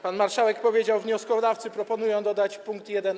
Pan marszałek powiedział: wnioskodawcy proponują dodać ust. 1a.